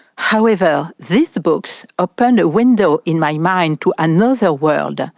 however, these books opened a window in my mind to another world.